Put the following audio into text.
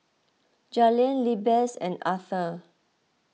Jalen Lizbeth and Arther